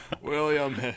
William